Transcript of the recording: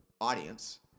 audience